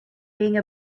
being